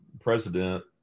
president